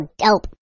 dope